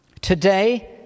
Today